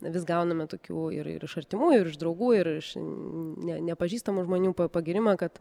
vis gauname tokių ir ir iš artimųjų ir iš draugų ir ne nepažįstamų žmonių pa pagyrimą kad